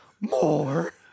more